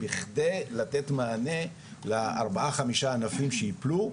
בכדי לתת מענה לארבעה-חמישה ענפים שייפלו.